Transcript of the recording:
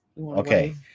Okay